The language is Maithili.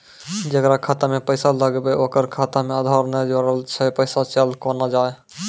जेकरा खाता मैं पैसा लगेबे ओकर खाता मे आधार ने जोड़लऽ छै पैसा चल कोना जाए?